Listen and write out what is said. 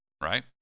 right